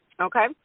Okay